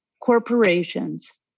corporations